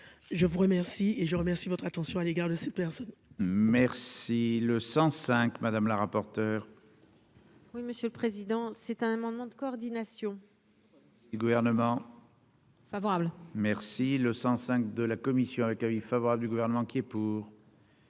je vous remercie et je vous remercie de votre attention à l'égard de ces personnes.